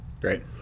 Great